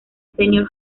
senior